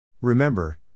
Remember